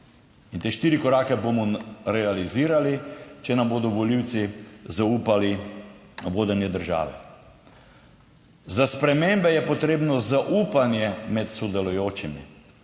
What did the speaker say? In te štiri korake bomo realizirali, če nam bodo volivci zaupali vodenje države. Za spremembe je potrebno zaupanje med sodelujočimi.